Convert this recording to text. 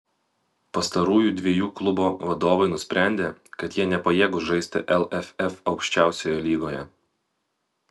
pastarųjų dviejų klubo vadovai nusprendė kad jie nepajėgūs žaisti lff aukščiausioje lygoje